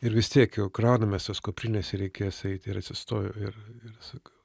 ir vis tiek jau kraunamės tas kuprines reikės eit ir atsistoju ir sakau